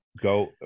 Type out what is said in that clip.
Go